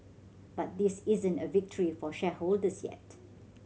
but this isn't a victory for shareholders yet